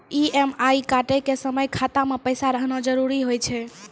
EMI कटै के समय खाता मे पैसा रहना जरुरी होय छै